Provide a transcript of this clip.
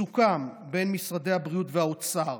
סוכם בין משרד הבריאות לאוצר